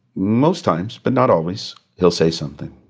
most times, but not always, he'll say something